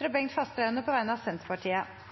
fra Bengt Fasteraune på vegne av Senterpartiet